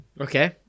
Okay